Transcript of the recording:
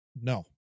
no